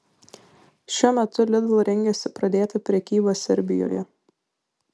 šiuo metu lidl rengiasi pradėti prekybą serbijoje